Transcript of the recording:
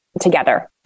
together